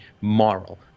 moral